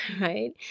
right